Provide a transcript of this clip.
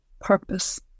purpose